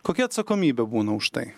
kokia atsakomybė būna už tai